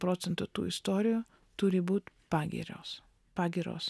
procentų tų istorijų turi būt pagirios pagyros